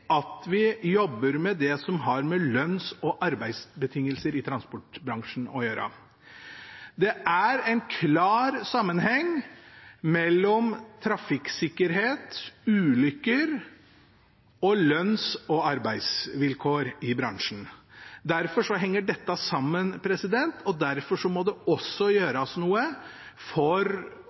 at vi jobber med det som har med lønns- og arbeidsbetingelser i transportbransjen å gjøre. Det er en klar sammenheng mellom trafikksikkerhet, ulykker og lønns- og arbeidsvilkår i bransjen. Dette henger sammen, og derfor må det gjøres noe for